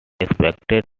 expected